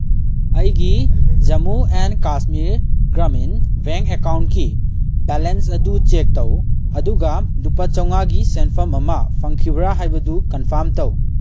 ꯑꯩꯒꯤ Jammu and Kashmir Grameen bank ꯑꯦꯀꯥꯎꯟꯀꯤ balance ꯑꯗꯨ ꯆꯦꯛ ꯇꯧ ꯑꯗꯨꯒ ꯂꯨꯄꯥ ꯆꯥꯝꯃꯉꯥꯒꯤ ꯁꯦꯟꯐꯝ ꯑꯃ ꯐꯪꯈꯤꯕ꯭ꯔꯥ ꯍꯥꯏꯕꯗꯨ ꯀꯟꯐꯥꯝ ꯇꯧ